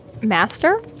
master